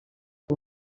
com